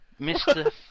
Mr